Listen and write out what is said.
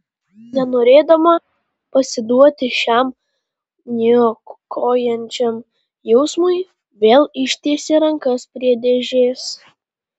nenorėdama pasiduoti šiam niokojančiam jausmui vėl ištiesė rankas prie dėžės